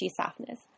softness